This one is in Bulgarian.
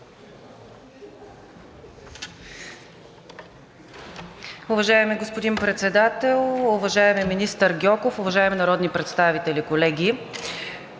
Уважаеми господин Председател, уважаеми министър Гьоков, уважаеми народни представители, колеги!